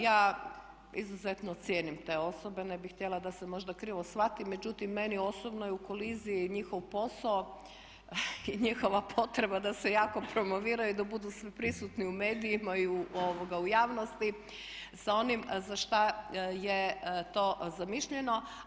Ja izuzetno cijenim te osobe, ne bih htjela da se možda krivo shvati, međutim meni osobno je u koliziji njihov posao i njihova potreba da se jako promoviraju i da budu sveprisutni u medijima i u javnosti sa onim za šta je to zamišljeno.